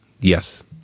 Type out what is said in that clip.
Yes